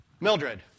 Mildred